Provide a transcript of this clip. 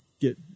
get